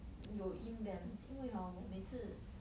有 imbalance 因为 hor 我每次